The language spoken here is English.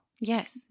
Yes